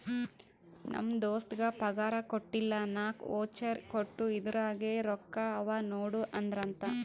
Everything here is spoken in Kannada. ನಮ್ ದೋಸ್ತಗ್ ಪಗಾರ್ ಕೊಟ್ಟಿಲ್ಲ ನಾಕ್ ವೋಚರ್ ಕೊಟ್ಟು ಇದುರಾಗೆ ರೊಕ್ಕಾ ಅವಾ ನೋಡು ಅಂದ್ರಂತ